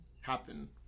happen